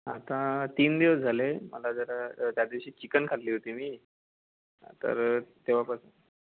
आता तीन दिवस झाले मला जरा त्या दिवशी चिकन खाल्ली होती मी तर तेव्हापासून